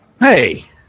Hey